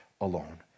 alone